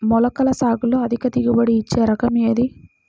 మొలకల సాగులో అధిక దిగుబడి ఇచ్చే రకం ఏది?